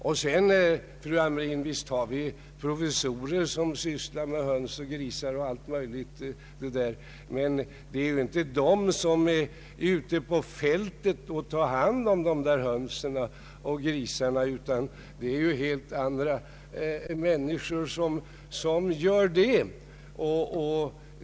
Visst finns det, fru Hamrin-Thorell, professorer som sysslar med höns och grisar och allt möjligt, men det är ju inte de som ute på fältet tar hand om dessa höns och grisar utan det är helt andra människor som gör det.